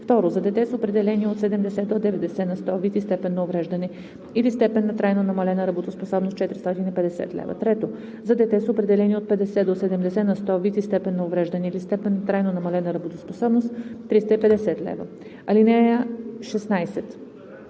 2. за дете с определени от 70 до 90 на сто вид и степен на увреждане или степен на трайно намалена работоспособност – 450 лв.; 3. за дете с определени от 50 до 70 на сто вид и степен на увреждане или степен на трайно намалена работоспособност – 350 лв. (16)